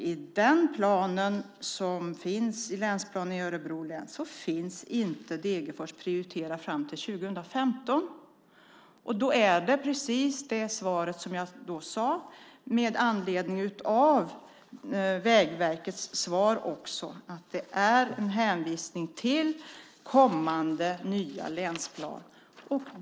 I den planen, länsplanen i Örebro län, är Degerfors inte prioriterat fram till 2015. Därför är svaret det som jag sade, och det gäller även Vägverkets svar, nämligen att det görs en hänvisning till nya kommande länsplaner.